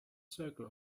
circle